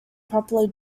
properly